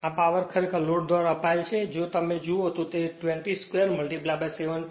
આ પાવર ખરેખર લોડ ધ્વારા વપરાયેલ છે જો તમે જુઓ તો તે 20 2 7